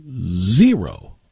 Zero